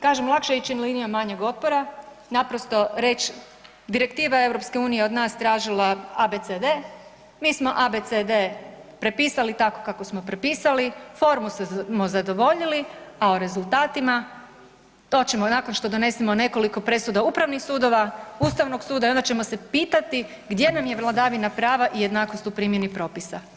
Kažem lakše je ići linijom manjeg otpora, naprosto reći direktiva EU od nas tražila abcd, mi smo abcd prepisali tako kako smo prepisali, formu smo zadovoljili, a o rezultatima to ćemo nakon što donesemo nekoliko presuda upravnih sudova, Ustavnog suda i onda ćemo se pitati gdje nam je vladavina prava i jednakost u primjeni propisa.